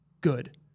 good